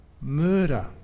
murder